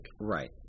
Right